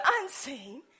unseen